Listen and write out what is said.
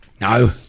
No